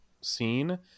scene